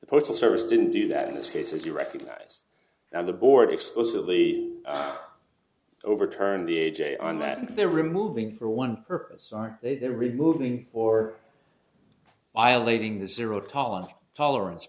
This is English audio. the postal service didn't do that in this case as you recognize now the board explicitly overturned the a j on that and they're removing for one purpose are they that removing or violating the zero tolerance tolerance